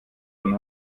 von